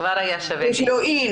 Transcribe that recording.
כבר היה שווה דיון.